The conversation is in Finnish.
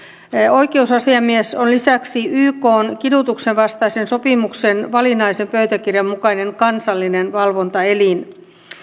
oikeusasiamies on lisäksi ykn kidutuksen vastaisen sopimuksen valinnaisen pöytäkirjan mukainen kansallinen valvontaelin